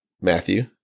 Matthew